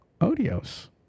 odios